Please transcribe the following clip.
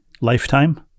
Lifetime